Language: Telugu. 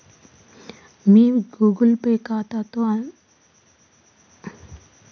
మీ గూగుల్ పే ఖాతాతో అనుబంధించబడిన ఫోన్ నంబర్కు ఈ పాస్వర్డ్ టెక్ట్స్ మెసేజ్ ద్వారా వస్తది